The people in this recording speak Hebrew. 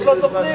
יש לו תוכנית.